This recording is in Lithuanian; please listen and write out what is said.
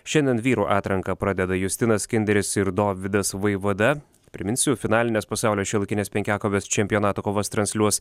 šiandien vyrų atranką pradeda justinas kinderis ir dovydas vaivada priminsiu finalines pasaulio šiuolaikinės penkiakovės čempionato kovas transliuos